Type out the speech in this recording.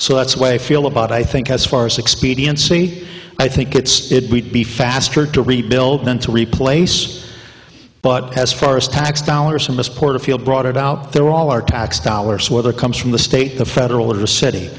so that's way feel about i think as far as expediency i think it's it would be faster to rebuild then to replace but as far as tax dollars from us porterfield brought it out there all our tax dollars whether comes from the state the federal or the city